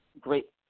great